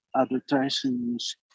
advertisements